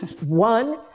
One